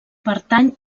pertany